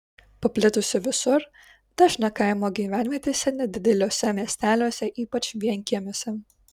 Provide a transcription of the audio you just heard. paplitusi visur dažna kaimo gyvenvietėse nedideliuose miesteliuose ypač vienkiemiuose